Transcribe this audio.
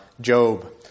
Job